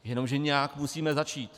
Jenomže nějak musíme začít.